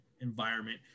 environment